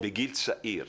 בגיל צעיר,